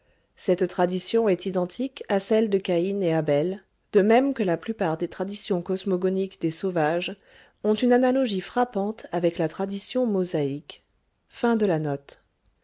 cette tradition est identique à celle de caïn et abel de même que la plupart des traditions cosmogoniques des sauvages ont une analogie frappante avec la tradition mosaïque